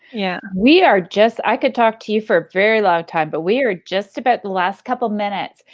yeah we are just eye could talk to you for a very long time, but we are just about the last couple minutes.